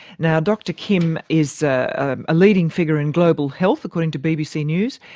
now, dr kim is a leading figure in global health, according to bbc news.